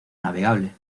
navegable